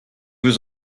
was